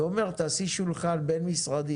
ואומר, תעשי שולחן בין-משרדי